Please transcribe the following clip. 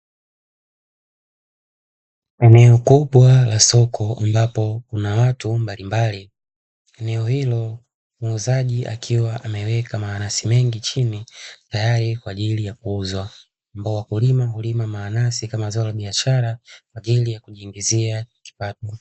Eneo kubwa la soko ambako kuna watu mbalimbali, eneo hilo muuzaji akiwa ameweka mananasi mengi chini tayari kwa ajili ya kuuzwa. Ambapo wakulima hulima mananasi kama zao la biashara ili kujiingizia kipato.